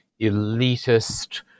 elitist